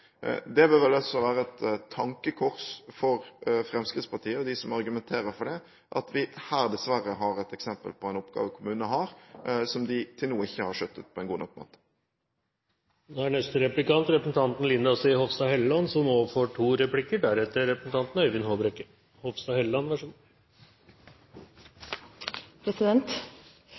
Det bør vel rett og slett være et tankekors for Fremskrittspartiet og for dem som argumenterer for det, at vi her dessverre har et eksempel på en oppgave kommunene har, som de til nå ikke har skjøttet på en god nok måte.